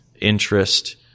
Interest